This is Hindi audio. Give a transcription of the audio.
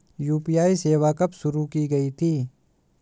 यू.पी.आई सेवा कब शुरू की गई थी?